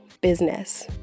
business